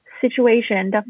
situation